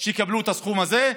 שיקבלו את הסכום הזה,